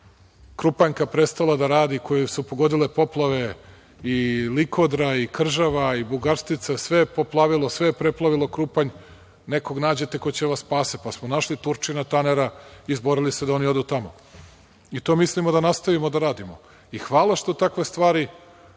Krupanjka prestala da radi koju su pogodile poplave, i Likodra i Kržava i Bugarstrica, sve je poplavilo, sve je preplavilo Krupanj, nekog nađete ko će da vas spase, pa smo našli Turčina Tanera i izborili se da oni odu tamo. To mislimo i da nastavimo da radimo. Hvala što takve stvari